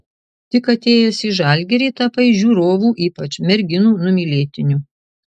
tik atėjęs į žalgirį tapai žiūrovų ypač merginų numylėtiniu